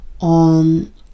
on